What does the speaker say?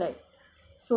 and the creator